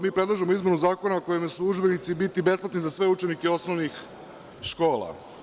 Mi predlažemo izmenu zakona po kojem će udžbenici biti besplatni za sve učesnike osnovnih škola.